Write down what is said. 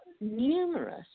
numerous